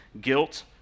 guilt